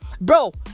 Bro